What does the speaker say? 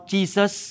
Jesus